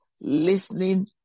listening